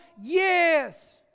Yes